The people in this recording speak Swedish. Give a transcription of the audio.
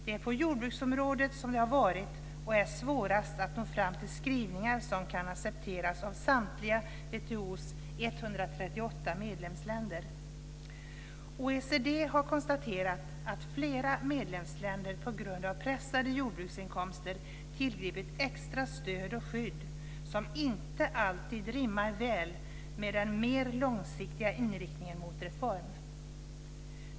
Det är på jordbruksområdet som det har varit och är svårast att nå fram till skrivningar som kan accepteras av samtliga WTO:s 138 OECD har konstaterat att flera medlemsländer på grund av pressade jordbruksinkomster har tillgripit extra stöd och skydd som inte alltid rimmat väl med den mer långsiktiga inriktningen mot reform.